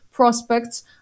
Prospects